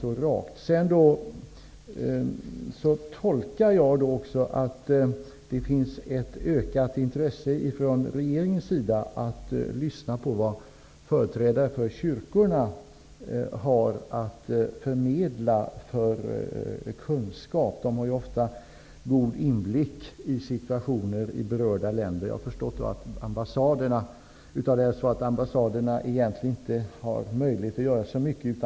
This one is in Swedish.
För det andra tolkar jag henne så, att det finns ett ökat intresse från regeringens sida att lyssna på vad företrädare för kyrkorna har för kunskap att förmedla. De har ju ofta god inblick i situationer i berörda länder. Jag har förstått att ambassaderna egentligen inte har möjlighet att göra så mycket.